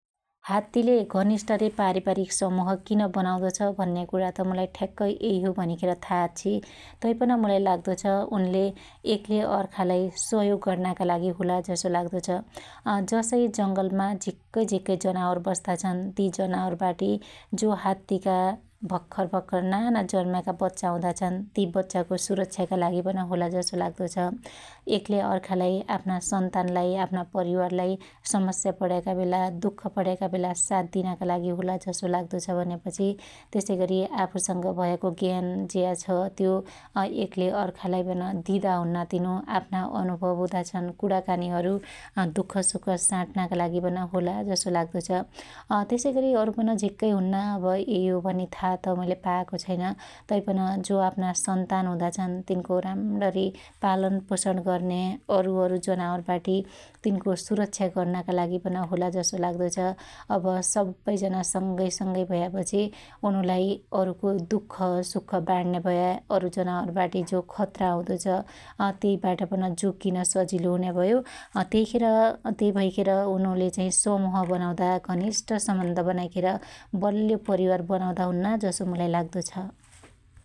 हात्तीले घनिष्ट रे पारीबारीक समुह किन बनाउदो छ भन्या कुणात मुलाई ठ्याक्क यै हो भनिखेर था आछ्छी तैपन मुलाई लाग्दो छ एकले अर्खा लाई सहयोग गर्नका लागि होला जसो लाग्दो छ । जसै जंगलमा झीक्कै झीक्कै जनावर बस्ताछन ती जनावर बाटी जो हात्तीका भख्खर भख्खर नाना जन्म्याका बच्चा हुदा छन् ती बच्चाको सुरक्षाका लागि पन होला जसो लाग्दो छ । एकले अर्खालाई आफ्ना सन्तानलाई ,आफ्ना परिवारलाई समस्या पणयाका बेला दुख पणयाका बेला साथ दिनाका लागि होला जसो लाग्दो छ भन्यापछि त्यसैगर आफुसंग भयाको ज्ञान ज्या छ त्यो एकले अर्खालाई पन दिदिहुन्ना तिनु आफ्ना अनुभव हुदा छन कुणाकानीहरु दुख सुख साट्नाका लागि पन होला जसो लाग्दो छ । त्यसैगरी अरु पन झीक्कै हुन्ना अब यै हो भनि था त मैले पायाको छैन । तैपन जो आफ्ना सन्तान हुदा छन् तिनको राम्रणी पालन पोषण गर्न्या अरुअरु जनावर बाटी तिनको सुरक्षा गर्नका लागि पन होला जसो लाग्दो छ । अब सब्बै जना संगैसंगै भयापछि उनुलाई अरुको दुख, सुख बाड्न्या भया अरु जनावरबाटी जो खत्त्रा हुदो छ त्यइ बाट पन जोग्गीन सजिलो हुन्या भयो । त्यइ भैखेर उनुले चाहि उनुले समुह बनाउदा घनिष्ठ सम्बन्ध बनाईखेर बल्यो परीवार बनाउदा हुन्नजसो मुलाई लाग्दो छ ।